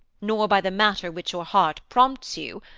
nor by the matter which your heart prompts you,